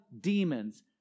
demons